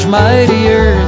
mightier